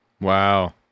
Wow